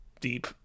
deep